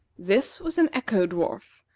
this was an echo-dwarf,